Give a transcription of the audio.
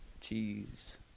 Cheese